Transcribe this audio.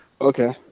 Okay